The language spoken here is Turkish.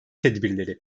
tedbirleri